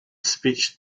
speech